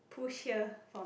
push here for